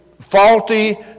faulty